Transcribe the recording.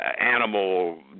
animal